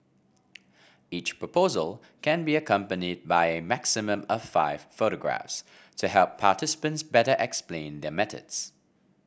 each proposal can be accompanied by a maximum of five photographs to help participants better explain their methods